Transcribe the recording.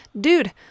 dude